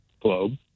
globe